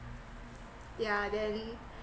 yeah then